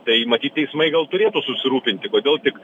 tai matyt teismai gal turėtų susirūpinti kodėl tik